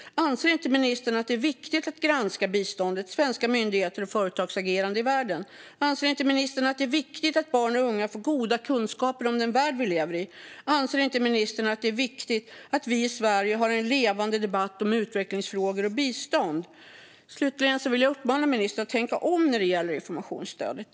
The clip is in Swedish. Anser inte ministern att det är viktigt att granska biståndet och svenska myndigheters och företags agerande i världen? Anser inte ministern att det är viktigt att barn och unga får goda kunskaper om den värld vi lever i? Anser inte ministern att det är viktigt att vi i Sverige har en levande debatt om utvecklingsfrågor och bistånd? Slutligen vill jag uppmana ministern att tänka om när det gäller informationsstödet.